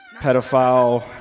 pedophile